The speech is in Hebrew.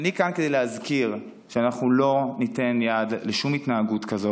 אני כאן כדי להזכיר שאנחנו לא ניתן יד לשום התנהגות כזאת,